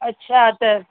अच्छा त